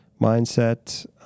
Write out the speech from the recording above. mindset